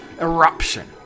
eruption